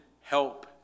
help